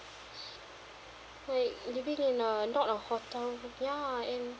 like living in a not a hotel room ya and